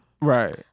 Right